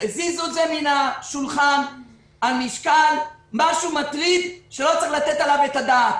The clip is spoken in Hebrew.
הזיזו את זה מהשולחן על משקל משהו מטריד שלא צריך לתת עליו את הדעת.